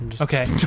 Okay